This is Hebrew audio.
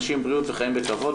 מ'נשים בריאות וחיים בכבוד',